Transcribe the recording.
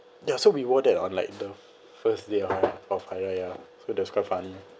ya so we wore that on like the first day of raya of hari raya so that's quite funny